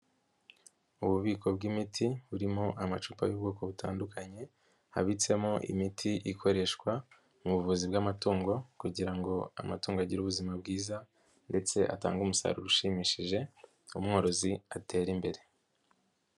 Ububiko bw'imiti burimo amacupa y'ubwoko butandukanye ,habitsemo imiti ikoreshwa mu buvuzi bw'amatungo, kugira ngo amatungo agire ubuzima bwiza ,ndetse atange umusaruro ushimishije umworozi atere imbere.